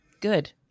good